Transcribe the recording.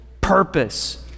purpose